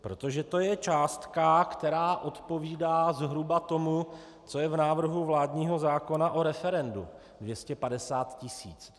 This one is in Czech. Protože to je částka, která odpovídá zhruba tomu, co je v návrhu vládního zákona o referendu 250 tis.